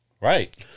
Right